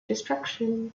destruction